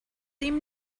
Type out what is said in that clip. ihm